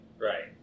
Right